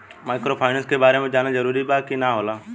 Microfinance के बारे में जानल जरूरी बा की का होला ई?